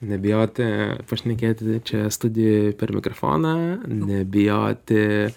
nebijoti pašnekėti čia studijoj per mikrofoną nebijoti